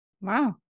Wow